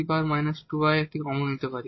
এবং আমরা এখন e 2y একটি কমন নিতে পারি